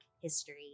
history